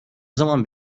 zaman